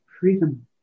freedom